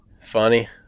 funny